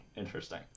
interesting